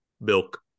milk